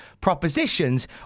propositions